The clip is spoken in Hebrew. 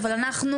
עם זאת,